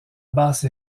basse